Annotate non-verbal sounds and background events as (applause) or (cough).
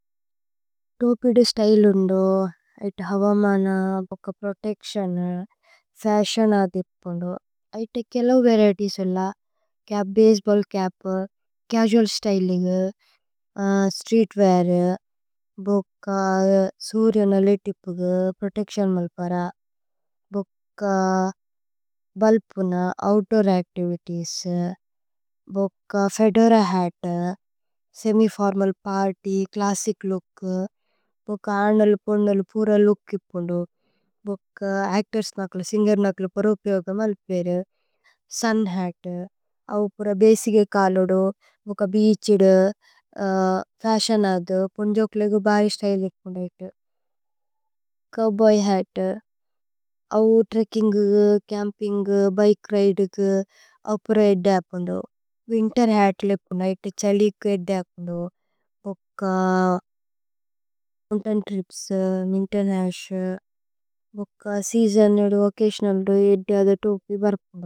തോപിദു style ഉന്ദു ഹവമന protection. ഫശിഓന തിപുന്ദു ഐത കേല്ലോ വരിഏതിഏസ് വേല്ല। ഭസേബല്ല് ചപ് ചസുഅല് സ്ത്യ്ലിന്ഗു സ്ത്രീത് വേഅര്। സുര്യ നല്ലി തിപുഗു പ്രോതേച്തിഓന് മല്പര ഭല്പുന। Outdoor activities fedora hat semi formal. Party classic look ഭോക അന്നല്ലി പോന്നല്ലി। പുര ലൂക് തിപുന്ദു ഭോക അച്തോര്സ് നകല് സിന്ഗേര്। നകല് പരു ഉപ്യോഗമ് അല്പ് പേരു സുന് ഹത് അവു। പുര (hesitation) ബസിച് ഏ കാലുദു ഭോക। ബേഅഛ് ഇദു ഫശിഓന അദു പോന്ജോകുലേഗു ബരി। സ്ത്യ്ലേ തിപുന്ദു ഐത ഛോവ്ബോയ് ഹത് അവു ത്രേക്കിന്ഗ്। ചമ്പിന്ഗു (hesitation) ബികേ രിദേകു അവു। പുര ഹേഅദ് അപുന്ദു വിന്തേര് ഹത് ലേപുന്ദു ഐത। ഛലികു ഹേഅദ് അപുന്ദു ഭോക മോഉന്തൈന് ത്രിപ്സ്। മോഉന്തൈന് ഹികേശ് ഭോക (hesitation) സേഅസോന്। ഏദു വോചതിഓനല് ഏദു തോപി വര്പുന്ദു।